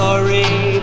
Sorry